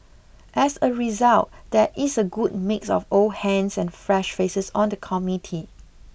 as a result there is a good mix of old hands and fresh faces on the committee